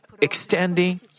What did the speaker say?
extending